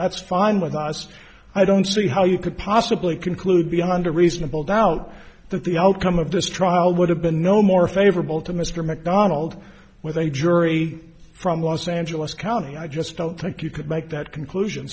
that's fine with us i don't see how you could possibly conclude beyond a reasonable doubt that the outcome of this trial would have been no more favorable to mr mcdonald with a jury from los angeles county i just don't think you could make that conclusion